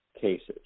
cases